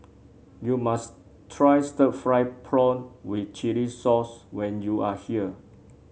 you must try stir fry prawn with Chili Sauce when you are here